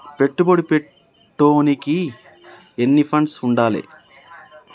పెట్టుబడి పెట్టేటోనికి ఎన్ని ఫండ్స్ ఉండాలే?